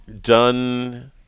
Done